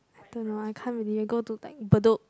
don't know I can't really I go to like Bedok